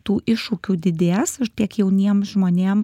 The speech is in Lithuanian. tų iššūkių didės tiek jauniem žmonėm